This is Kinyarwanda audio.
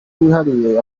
wihariye